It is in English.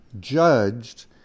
judged